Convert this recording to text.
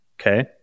Okay